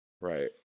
Right